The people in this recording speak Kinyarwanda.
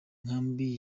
nkambi